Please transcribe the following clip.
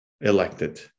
elected